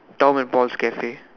Tom and Paul's cafe